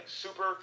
Super